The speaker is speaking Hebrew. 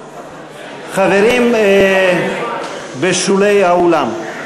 חברים בשולי האולם,